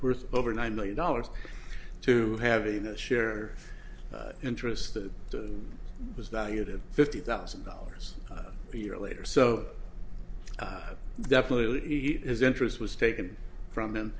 person over nine million dollars to having a share interests that was valued at fifty thousand dollars a year later so definitely he has interest was taken from